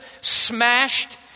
smashed